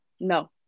no